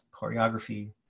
choreography